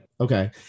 Okay